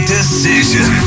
Decision